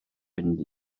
fynd